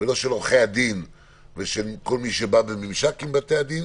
ולא של עורכי-הדין וכל מי שבא בממשק עם בתי-הדין.